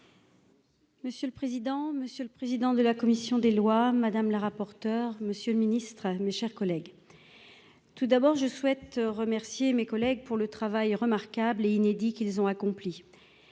Monsieur le président, monsieur le président de la commission des lois, madame la rapporteure, Monsieur le Ministre, mes chers collègues, tout d'abord, je souhaite remercier mes collègues pour le travail remarquable et inédit, qu'ils ont accompli